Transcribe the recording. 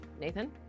Nathan